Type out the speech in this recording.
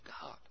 God